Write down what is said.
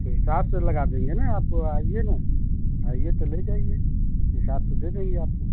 तो हिसाब से लगा देंगे ना आपको आइए ना आइए तो ले जाइए हिसाब से दे देंगे आपको